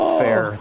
fair